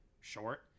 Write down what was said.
short